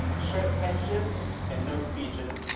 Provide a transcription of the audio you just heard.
short questions and no speeches.